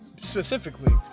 specifically